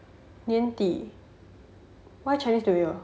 年底 why chinese new year